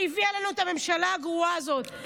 שהביא עלינו את הממשלה הגרועה הזאת,